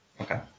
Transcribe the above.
Okay